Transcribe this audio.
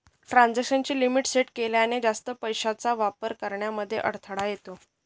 transaction ची limit set केल्याने, जास्त पैशांचा वापर करण्यामध्ये अडथळा येतो